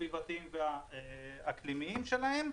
הסביבתיים והאקלימיים שלהם.